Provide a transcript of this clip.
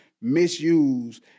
misuse